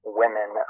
women